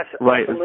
right